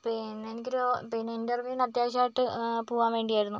പിന്നെ എനിക്കൊരു പിന്നെ ഇന്റർവ്യൂന് അത്യാവശ്യമായിട്ട് പോവാൻ വേണ്ടിയായിരുന്നു